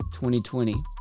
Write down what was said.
2020